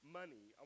money